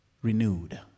Renewed